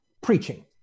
preaching